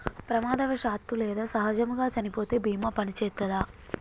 ప్రమాదవశాత్తు లేదా సహజముగా చనిపోతే బీమా పనిచేత్తదా?